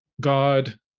God